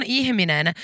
ihminen